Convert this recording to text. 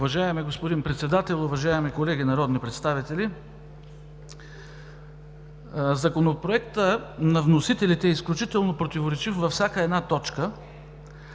Уважаеми господин Председател, уважаеми колеги народни представители! Законопроектът на вносителите е изключително противоречив във всяка една точка.